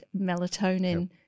melatonin